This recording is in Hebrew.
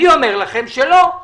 אני אומר לכם שלא.